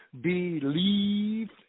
believe